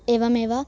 एवमेव